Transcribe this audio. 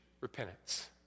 repentance